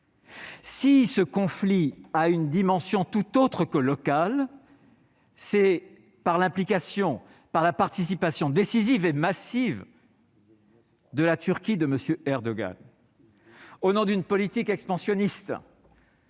si ce conflit a une dimension tout autre que locale, c'est en raison de l'implication, de la participation décisive et massive de la Turquie de M. Erdogan, au nom de sa politique expansionniste,